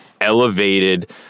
elevated